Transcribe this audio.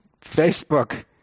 Facebook